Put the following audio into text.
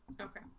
Okay